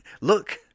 Look